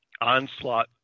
onslaught